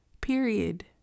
Period